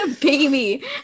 Baby